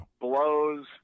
blows